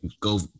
go